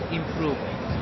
improvement